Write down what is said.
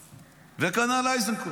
החלטות, וכנ"ל איזנקוט.